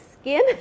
skin